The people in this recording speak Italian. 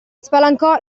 spalancò